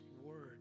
word